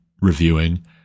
reviewing